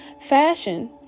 Fashion